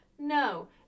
No